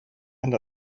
and